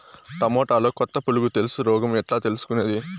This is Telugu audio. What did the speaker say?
టమోటాలో కొత్త పులుగు తెలుసు రోగం ఎట్లా తెలుసుకునేది?